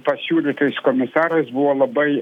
pasiūlytais komisarais buvo labai